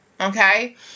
okay